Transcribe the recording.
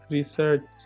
Research